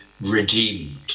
redeemed